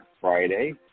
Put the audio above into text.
Friday